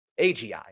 AGI